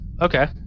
okay